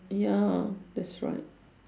ya that's right